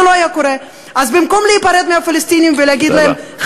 אז במקום להיפרד מהפלסטינים ולהגיד להם,